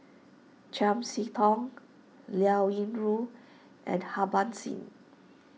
Chiam See Tong Liao Yingru and Harbans Singh